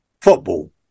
football